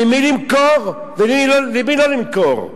למי למכור ולמי לא למכור.